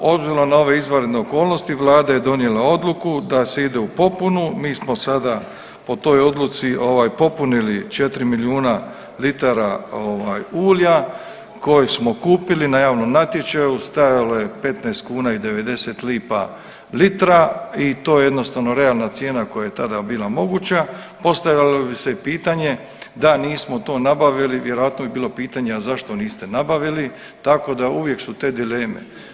Obzirom na ove izvanredne okolnosti vlada je donijela odluku da se ide u popunu, mi smo sada po toj odluci ovaj popunili 4 milijuna litara ovaj ulja koje smo kupili na javnom natječaju, stajalo je 15 kuna i 90 lipa litra i to je jednostavno realna cijena koja je tada bila moguća, postavljalo bi se i pitanje da nismo to nabavili vjerojatno bi bilo pitanje a zašto niste nabavili, tako da uvijek su te dileme.